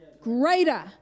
Greater